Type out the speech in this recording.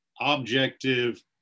objective